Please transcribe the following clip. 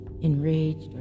enraged